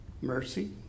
Mercy